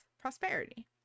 prosperity